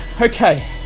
okay